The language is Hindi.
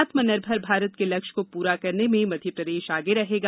आत्मनिर्भर भारत के लक्ष्य को पूरा करने में मध्यप्रदेश आगे रहेगा